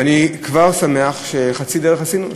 ואני שמח שחצי דרך כבר עשינו,